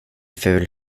ful